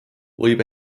võid